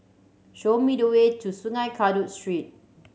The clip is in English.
show me the way to Sungei Kadut Street